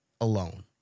alone